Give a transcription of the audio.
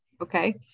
okay